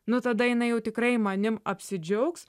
nu tada jinai tikrai manim apsidžiaugs